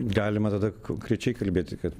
galima tada konkrečiai kalbėti kad